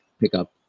pickup